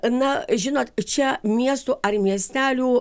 na žinot čia miestų ar miestelių